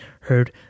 heard